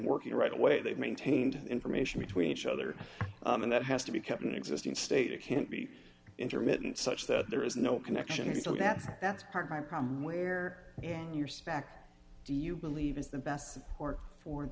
working right away they've maintained information between each other and that has to be kept an existing state it can't be intermittent such that there is no connection so that's that's part of my problem where your spec do you believe is the best for for